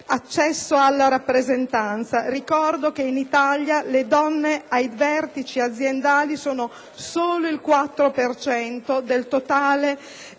accesso alla rappresentanza. Ricordo che in Italia le donne ai vertici aziendali sono solo il 4 per cento